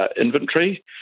inventory